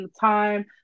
time